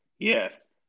Yes